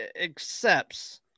accepts